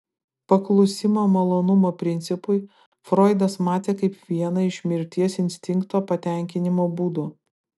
paklusimą malonumo principui froidas matė kaip vieną iš mirties instinkto patenkinimo būdų